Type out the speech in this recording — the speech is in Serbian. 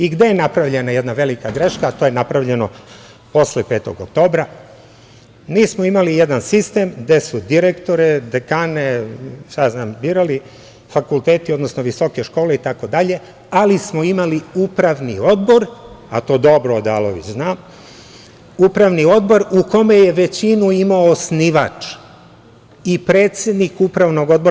I, gde je napravljena jedna velika greška, a to je napravljeno posle 5. oktobra - nismo imali jedan sistem gde su direktore, dekane, birali fakulteti, odnosno visoke škole i tako dalje, ali smo imali Upravni odbor, a to dobro Odalović zna, Upravni odbor u kome je većinu imao osnivač i predsednik Upravnog odbora.